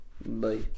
Bye